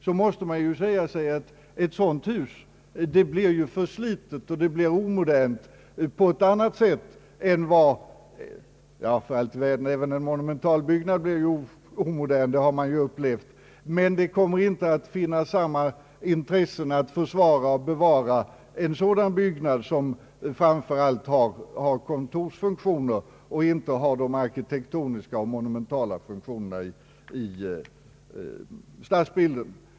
Då måste jag ju säga att ett sådant hus blir förslitet och omodernt på ett annat sätt än en monumentalbyggnad, För allt i världen, man har ju upplevt att även sådana blir om2 derna, men det kommer inte att finnas samma intresse att försvara och bevara en byggnad som framför allt har kontorsfunktioner och som inte har arkitektoniska och monumentala funktioner i stadsbilden.